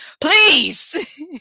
Please